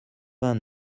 vingt